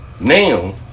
now